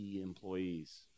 employees